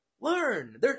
Learn